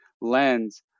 lens